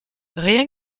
rien